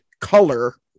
color